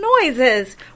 noises